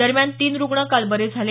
दरम्यान तीन रुग्ण काल बरे झाले